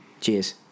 Cheers